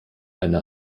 einer